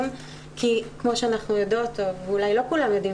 כי כמו שאנחנו יודעות או אולי לא כולם יודעים,